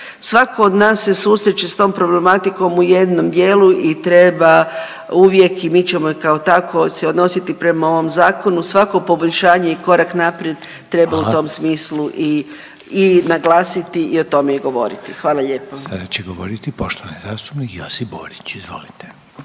svako od nas se susreće s tom problematikom u jednom dijelu i treba uvijek i mi ćemo kao tako se odnositi prema ovom zakonu, svako poboljšanje i korak naprijed treba u tom smislu i naglasiti i o tome i govoriti. Hvala lijepo. **Reiner, Željko (HDZ)** Hvala. Sada će govoriti poštovani zastupnik Josip Borić. Izvolite.